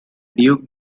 duke